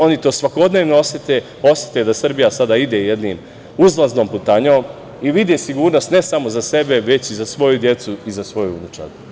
Oni to svakodnevno osete, osete da Srbija sada ide jednom uzlaznom putanjom i vide sigurnost ne samo za sebe, već i za svoju decu i za svoju unučad.